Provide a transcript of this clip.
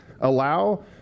allow